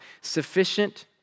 Sufficient